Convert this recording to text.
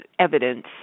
evidence